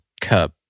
cup